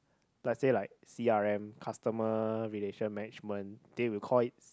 let say like c_r_m customer relation management they will call it